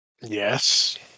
yes